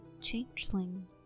changeling